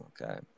Okay